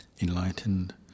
enlightened